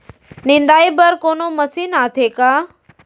निंदाई बर कोनो मशीन आथे का?